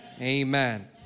Amen